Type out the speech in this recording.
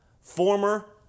former